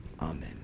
Amen